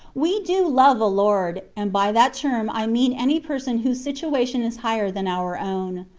we do love a lord and by that term i mean any person whose situation is higher than our own.